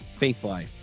faithlife